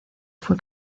fue